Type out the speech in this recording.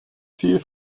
ziel